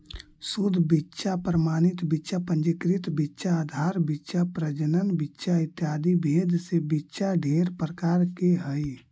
शुद्ध बीच्चा प्रमाणित बीच्चा पंजीकृत बीच्चा आधार बीच्चा प्रजनन बीच्चा इत्यादि भेद से बीच्चा ढेर प्रकार के हई